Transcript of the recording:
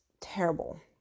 terrible